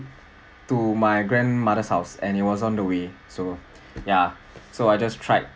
to my grandmother's house and it was on the way so ya so I just tried